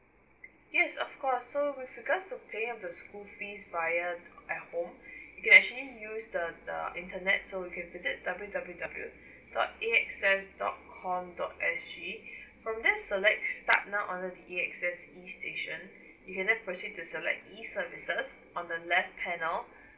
yes of course so with regards to paying of the school fees via the at home you actually use the the internet so you can visit W W W dot A X S dot com dot S G from there select start now under the A_X_S station you can then proceed to select E services on the left panel